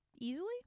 easily